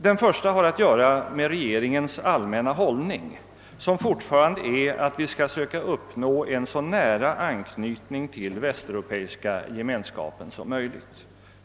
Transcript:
Den första har att göra med regeringens allmänna hållning, som fortfarande är att vi skall söka uppnå en så nära anknytning till Västeuropeiska ge menskapen som möjligt.